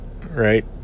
right